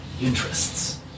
interests